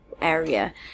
area